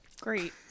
Great